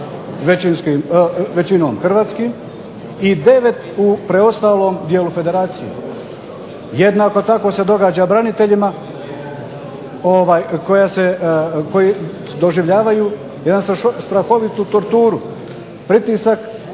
većinom hrvatskim i 9 u preostalom dijelu federacije. Jednako tako se događa braniteljima koji doživljavaju jednu strahovitu torturu, pritisak